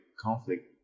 conflict